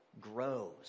grows